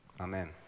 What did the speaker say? Amen